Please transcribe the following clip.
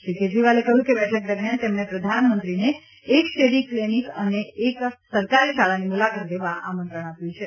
શ્રી કેજરીવાલે કહ્યું કે બેઠક દરમ્યાન તેમણે પ્રધાનમંત્રીને એક શેરી કલીનીક અને એખ સરકારી શાળાની મુલાકાત લેવા આમંત્રણ આપ્યું છે